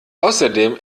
außerdem